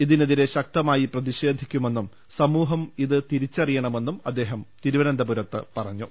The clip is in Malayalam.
ഇതിനെതിരെ ശക്തമായി പ്രതിഷേധി ക്കുമെന്നും സമൂഹം ഇത് തിരിച്ചറിയണമെന്നും അദ്ദേഹം തിരുവനന്തപു രത്ത് പറഞ്ഞു